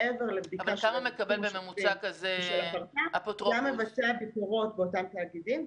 מעבר לבדיקה של הטיפול השוטף ושל ה-פרטה גם מבצע ביקורות באותם תאגידים,